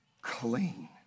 clean